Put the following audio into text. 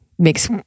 makes